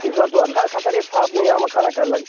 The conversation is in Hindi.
इस बार तो अच्छा ख़ासा था रेट था अपने यहाँ मखाने का लगा